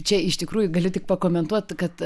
čia iš tikrųjų galiu tik pakomentuot kad